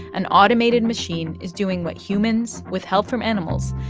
an automated machine is doing what humans, with help from animals,